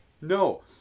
No